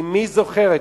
אמי זוכרת,